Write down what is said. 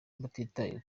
batitaye